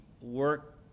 work